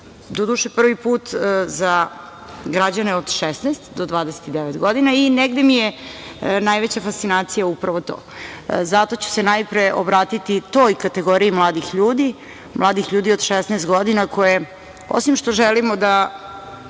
doduše, prvi put za građane od 16 do 29 godina. Negde mi je najveća fascinacija upravo to. Zato ću se najpre obratiti toj kategoriji mladih ljudi, mladih ljudi od 16 godina koje, osim što želimo kao